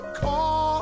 call